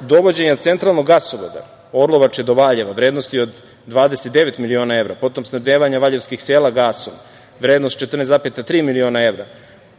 dovođenja centralnog gasovoda Orlovače do Valjeva, vrednosti od 29 miliona evra, potom snabdevanje valjevskih sela gasom, vrednost 14,3 miliona evra,